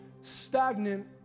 stagnant